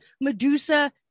Medusa